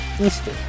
Easter